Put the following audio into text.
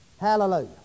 Hallelujah